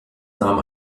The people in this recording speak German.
nahm